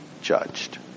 judged